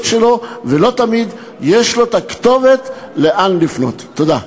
שלו ולא תמיד יש לו הכתובת לפנות אליה.